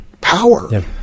power